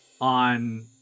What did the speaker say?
on